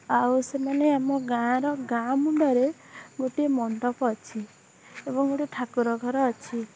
ଆଉ ସେମାନେ ଆମ ଗାଁର ଗାଁ ମୁଣ୍ଡରେ ଗୋଟିଏ ମଣ୍ଡପ ଅଛି ଏବଂ ଗୋଟିଏ ଠାକୁର ଘର ଅଛି